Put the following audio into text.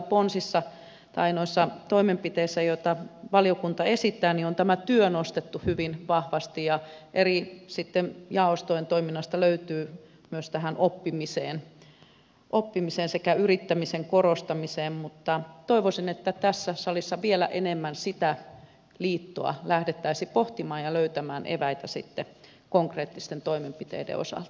tuossa kyllä noissa toimenpiteissä joita valiokunta esittää on tämä työ nostettu hyvin vahvasti esiin ja eri jaostojen toiminnasta löytyy myös oppimisen sekä yrittämisen korostamista mutta toivoisin että tässä salissa vielä enemmän sitä liittoa lähdettäisiin pohtimaan ja löytämään eväitä sitten konkreettisten toimenpiteiden osalta